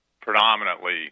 predominantly